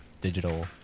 digital